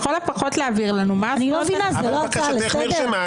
לכל הפחות להבהיר לנו --- בקשתך נרשמה,